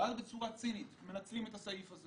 אז בצורה צינית מנצלים את הסעיף הזה